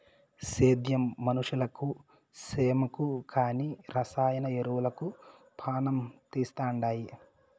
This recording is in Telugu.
సేద్యం మనుషులకు సేమకు కానీ రసాయన ఎరువులు పానం తీస్తండాయి